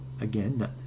again